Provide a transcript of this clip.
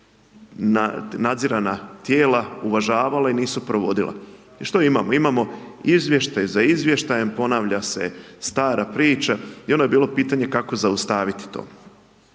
nadzirana cijela, nisu uvažavale, nisu provodila. Što imamo, imamo izvještaj za izvještajem, ponavlja se stara priča i ono je bilo pitanje kako zaustaviti to.